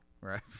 Right